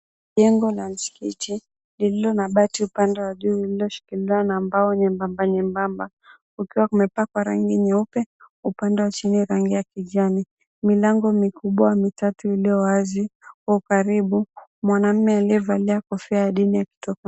Jengo la msikiti lililo na bati upande wa juu lililo shikiliwa na mbao nyembamba nyembamba kukiwa kumepakwa rangi nyeupe upande wa chini rangi ya kijani. Milango mikubwa mitatu iliowazi iko karibu, mwanaume aliyevalia kofia ya kidini akitoka.